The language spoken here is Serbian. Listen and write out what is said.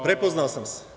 Prepoznao sam se.